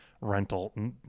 rental